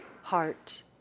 heart